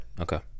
Okay